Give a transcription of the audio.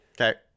okay